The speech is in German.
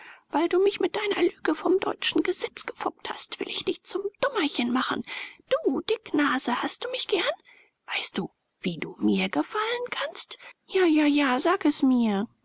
weil du mich mit deiner lüge vom deutschen gesetz gefoppt hast will ich dich zum dummerchen machen du dicknase hast du mich gern weißt du wie du mir gefallen kannst ja ja ja sag es mir